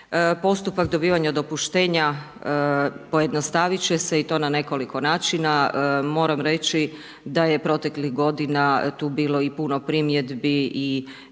Postupak dobivanja dopuštenja, pojednostaviti će se i to na nekoliko načina. Moram reći da je proteklih g. tu bilo i puno primjedbi i